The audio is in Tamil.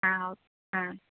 ஆ ஓ ஆ